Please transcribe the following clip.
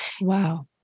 Wow